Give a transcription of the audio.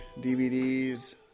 DVDs